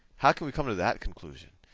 how can we come to that conclusion?